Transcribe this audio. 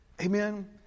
Amen